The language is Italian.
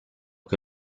che